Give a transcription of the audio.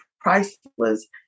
priceless